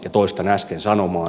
ja toistan äsken sanomaani